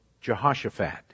Jehoshaphat